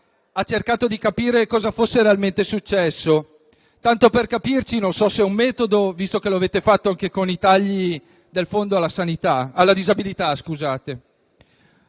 ha cercato di capire cosa fosse realmente successo. Tanto per capirci, non so se è un metodo, visto che lo avete fatto anche con i tagli del fondo alla disabilità. Ormai